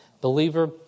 Believer